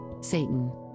Satan